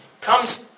comes